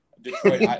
Detroit